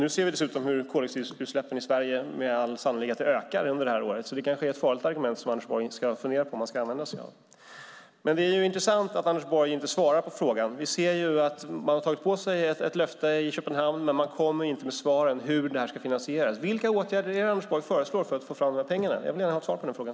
Nu ser vi dessutom hur koldioxidutsläppen i Sverige med all sannolikhet ökar under det här året, så det kanske är ett farligt argument som Anders Borg ska fundera på att inte använda sig av. Det är intressant att Anders Borg inte svarar på frågan. Vi ser att man har tagit på sig ett löfte i Köpenhamn, men man kommer inte med något svar på hur det ska finansieras. Vilka åtgärder är det Anders Borg föreslår för att få fram dessa pengar? Jag vill gärna ha svar på den frågan.